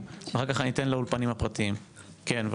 והמורה יפעת פה.